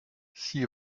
six